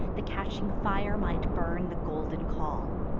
the catching fire might burn the golden caul.